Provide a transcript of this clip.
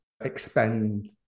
expend